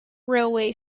railway